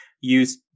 use